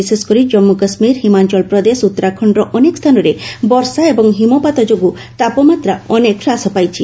ବିଶେଷକରି ଜାନ୍ମୁ କାଶ୍ମୀର ହିମାଚଳ ପ୍ରଦେଶ ଉତ୍ତରାଖଣ୍ଡର ଅନେକ ସ୍ଥାନରେ ବର୍ଷା ଏବଂ ହିମପାତ ଯୋଗୁଁ ତାପମାତ୍ରା ଅନେକ ହ୍ରାସ ପାଇଛି